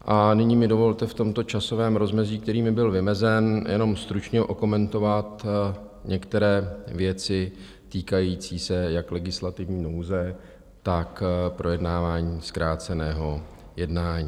A nyní mi dovolte v tomto časovém rozmezí, které mi byl vymezeno, jenom stručně okomentovat některé věci týkající se jak legislativní nouze, tak projednávání zkráceného jednání.